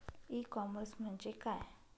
E commerce म्हणजे काय?